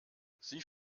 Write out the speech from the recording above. sie